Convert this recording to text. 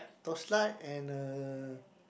torchlight and a